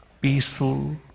peaceful